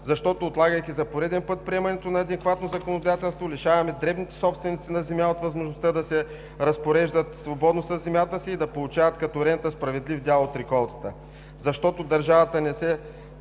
Отлагайки за пореден път приемането на адекватно законодателство, лишаваме дребните собственици на земя от възможността да се разпореждат свободно със земята си и да получават като рента справедлив дял от реколтата. Защо държавата не се